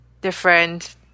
different